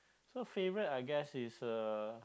so favourite I guess is uh